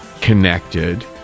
connected